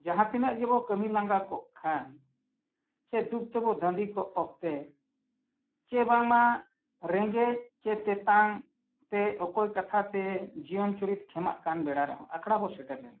ᱡᱟᱦᱟᱸ ᱛᱤᱱᱟᱹᱜ ᱜᱮᱵᱚᱱ ᱠᱟᱹᱢᱤ ᱞᱟᱸᱜᱟ ᱠᱚᱜ ᱠᱷᱟᱱ ᱥᱮ ᱫᱩᱠ ᱛᱮᱵᱚᱱ ᱫᱟᱸᱫᱮ ᱠᱚᱜ ᱚᱠᱛᱚ ᱥᱮ ᱵᱟᱝᱢᱟ ᱨᱮᱸᱜᱮᱡ ᱥᱮ ᱛᱮᱛᱟᱝ ᱛᱮ ᱚᱠᱚᱭ ᱠᱟᱛᱷᱟᱛᱮ ᱡᱤᱭᱚᱱ ᱪᱩᱨᱤᱛ ᱠᱷᱮᱢᱟᱜ ᱠᱟᱱ ᱵᱮᱲᱟ ᱨᱮᱦᱚᱸ ᱟᱠᱷᱲᱟ ᱵᱚᱱ ᱥᱮᱴᱮᱨ ᱞᱮᱱᱠᱷᱟᱱ